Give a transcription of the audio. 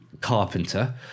carpenter